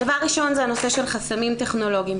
דבר ראשון זה הנושא של חסמים טכנולוגיים.